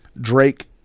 Drake